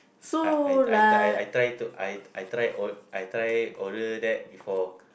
I I I I try to I try or~ I try order that before